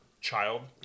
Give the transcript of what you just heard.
child